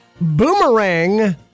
Boomerang